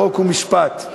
חוק ומשפט.